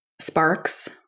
sparks